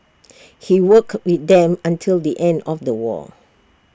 he worked with them until the end of the war